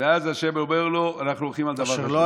ואז ה' אומר לו: אנחנו הולכים על דבר אחר.